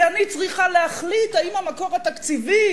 כי אני צריכה להחליט אם המקור התקציבי